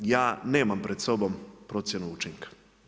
Ja nemam pred sobom procjenu učinka.